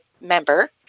member